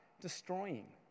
destroying